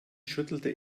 schüttelte